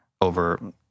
over